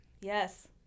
Yes